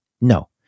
No